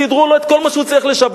סידרו לו את כל מה שהוא צריך לשבת.